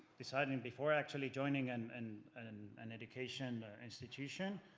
deciding and before actually joining and and an an education institution,